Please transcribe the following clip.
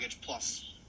plus